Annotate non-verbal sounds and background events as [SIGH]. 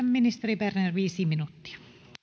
[UNINTELLIGIBLE] ministeri berner viisi minuuttia